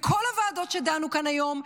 וכל הוועדות שדנו כאן היום,